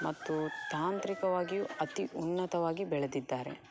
ಮತ್ತು ತಾಂತ್ರಿಕವಾಗಿಯೂ ಅತಿ ಉನ್ನತವಾಗಿ ಬೆಳೆದಿದ್ದಾರೆ